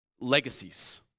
legacies